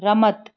રમત